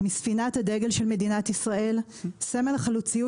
מספינת הדגל של מדינת ישראל סמל החלוציות